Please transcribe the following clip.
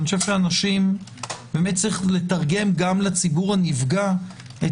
אני חושב שצריך לתרגם גם לציבור הנפגע את